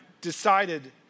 decided